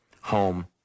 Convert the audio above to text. home